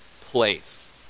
place